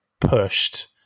pushed